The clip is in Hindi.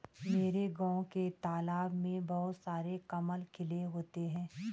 मेरे गांव के तालाब में बहुत सारे कमल खिले होते हैं